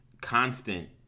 constant